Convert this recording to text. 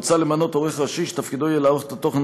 מוצע למנות עורך ראשי שתפקידו יהיה לערוך את התוכן